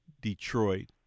Detroit